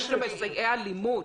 מסייע אלימות.